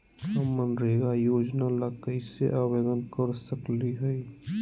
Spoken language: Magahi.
हम मनरेगा योजना ला कैसे आवेदन कर सकली हई?